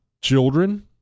children